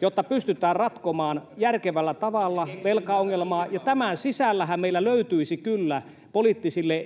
jotta pystytään ratkomaan järkevällä tavalla velkaongelmaa? Tämän sisällähän meillä löytyisi kyllä erilaisille poliittisille